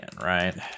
right